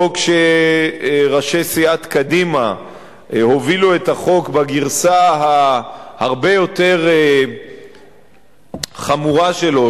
או כשראשי סיעת קדימה הובילו את החוק בגרסה ההרבה יותר חמורה שלו,